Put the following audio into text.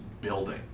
Building